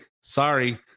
sorry